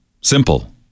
Simple